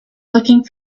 looking